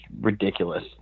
ridiculous